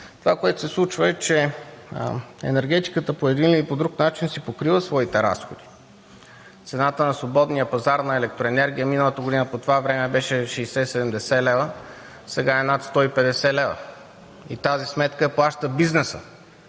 това, което се случва, е, че енергетиката по един или по друг начин си покрива своите разходи. Цената на свободния пазар на електроенергия миналата година по това време беше 60 – 70 лв., сега е над 150 лв., и тази сметка я плаща бизнесът.